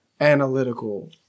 analytical